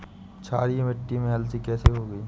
क्षारीय मिट्टी में अलसी कैसे होगी?